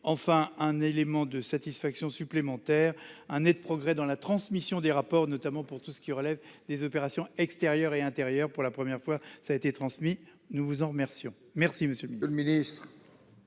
année. Autre élément de satisfaction, on constate un net progrès dans la transmission des rapports, notamment pour tout ce qui relève des opérations extérieures et intérieures. Pour la première fois, cela a été transmis. Nous vous en remercions. La parole est à M. le ministre.